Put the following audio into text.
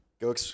Go